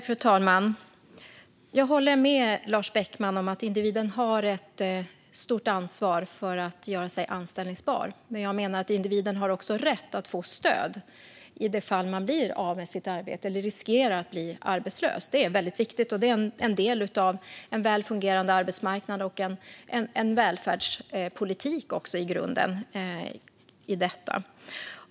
Fru talman! Jag håller med Lars Beckman om att individen har ett stort ansvar för att göra sig anställbar. Men jag menar att individen också har rätt att få stöd i det fall man blir av med sitt arbete eller riskerar att bli arbetslös. Det är väldigt viktigt. Det är en del av en väl fungerande arbetsmarknad, och det är i grunden en välfärdspolitik i detta.